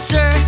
Sir